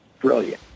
brilliant